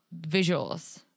visuals